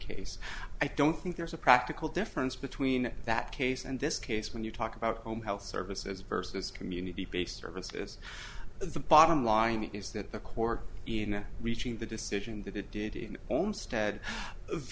case i don't think there's a practical difference between that case and this case when you talk about home health services versus community based services the bottom line is that the core in reaching the decision that it did in own stead